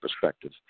perspective